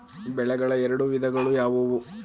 ಬೆಳೆಗಳ ಎರಡು ವಿಧಗಳು ಯಾವುವು?